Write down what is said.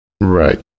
Right